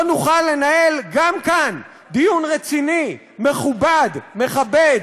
לא נוכל לנהל גם כאן דיון רציני, מכובד, מכבד,